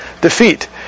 defeat